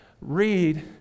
read